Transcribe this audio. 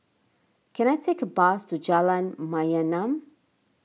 can I take a bus to Jalan Mayaanam